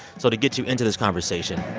so to get you into this conversation,